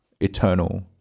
eternal